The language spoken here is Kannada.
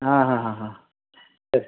ಹಾಂ ಹಾಂ ಹಾಂ ಹಾಂ